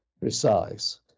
precise